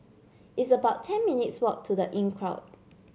it's about ten minutes' walk to The Inncrowd